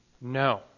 no